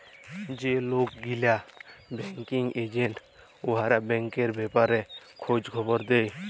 যে লক গিলা ব্যাংকিং এজেল্ট উয়ারা ব্যাংকের ব্যাপারে খঁজ খবর দেই